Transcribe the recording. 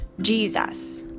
Jesus